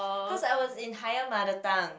cause I was in higher mother tongue